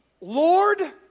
lord